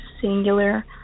singular